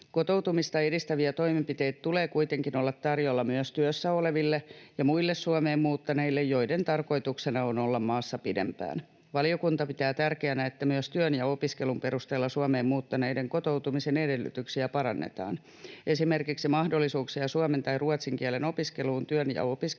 Kotoutumista edistäviä toimenpiteitä tulee kuitenkin olla tarjolla myös työssä oleville ja muille Suomeen muuttaneille, joiden tarkoituksena on olla maassa pidempään. Valiokunta pitää tärkeänä, että myös työn ja opiskelun perusteella Suomeen muuttaneiden kotoutumisen edellytyksiä parannetaan. Esimerkiksi mahdollisuuksia suomen tai ruotsin kielen opiskeluun työn ja opiskelun